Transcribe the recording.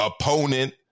opponent